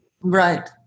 Right